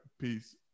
peace